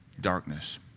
darkness